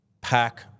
pack